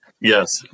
Yes